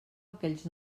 aquells